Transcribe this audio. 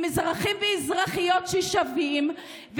עם אזרחים ואזרחיות שווים,